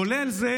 כולל זה